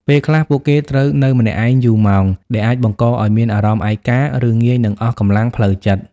ពេលខ្លះ ពួកគេត្រូវនៅម្នាក់ឯងយូរម៉ោង ដែលអាចបង្កឲ្យមានអារម្មណ៍ឯកា ឬងាយនឹងអស់កម្លាំងផ្លូវចិត្ត។